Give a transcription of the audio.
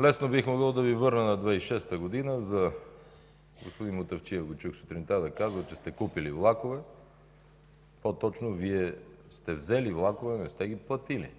Лесно бих могъл да Ви върна на 2006 г. Чух господин Мутафчиев сутринта да казва, че сте купили влакове. По-точно Вие сте взели влакове, а не сте ги платили.